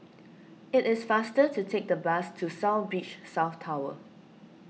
it is faster to take the bus to South Beach South Tower